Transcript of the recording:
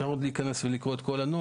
אפשר עוד להיכנס ולקרוא את כל הנוהל,